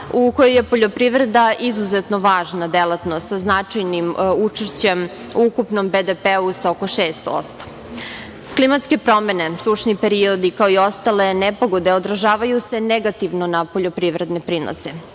u kojoj je poljoprivreda izuzetno važna delatnost sa značajnim učešćem o ukupnom BDP sa ukupno 6%.Klimatske promene, sušni periodi, kao i ostale nepogode odražavaju se negativno na poljoprivredne prinose.